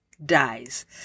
dies